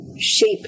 shape